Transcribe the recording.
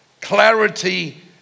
clarity